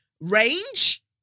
Range